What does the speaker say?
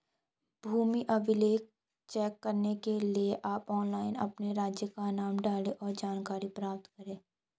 भूमि अभिलेख चेक करने के लिए आप ऑनलाइन अपने राज्य का नाम डालें, और जानकारी प्राप्त करे